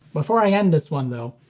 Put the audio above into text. before i end this one, though,